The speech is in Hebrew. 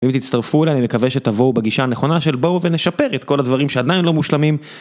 אם תצטרפו אליי אני מקווה שתבואו בגישה הנכונה של בואו ונשפר את כל הדברים שעדיין לא מושלמים